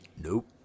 Nope